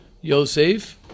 Yosef